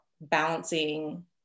balancing